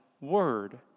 Word